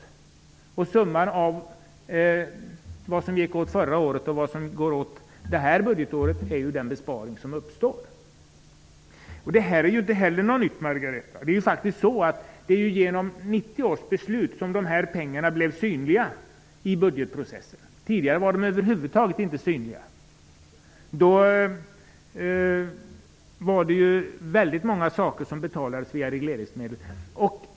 Genom att summera det som gick åt förra året och det som går åt detta budgetår ser man hur stor besparingen blir. Inte heller detta är något nytt, Margareta Winberg. Det var ju faktiskt genom 1990 års beslut som dessa pengar blev synliga i budgetprocessen. Tidigare var de över huvud taget inte synliga. Då betalades väldigt mycket via regleringsmedel.